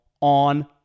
on